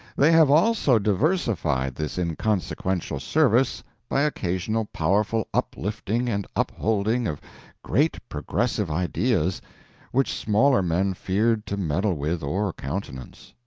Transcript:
they have also diversified this inconsequential service by occasional powerful uplifting and upholding of great progressive ideas which smaller men feared to meddle with or countenance.